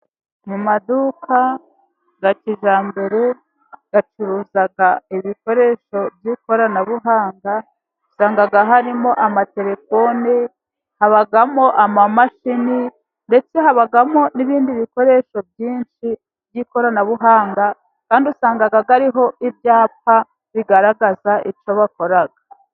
Mu maduka ya kijyambere acuruza ibikoresho by'ikoranabuhanga. Usanga harimo amatelefoni, habamo imashini, ndetse habamo n'ibindi bikoresho byinshi by'ikoranabuhanga, kandi usanga ariho ibyapa bigaragaza icyo bakora.